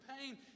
pain